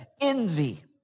Envy